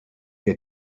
they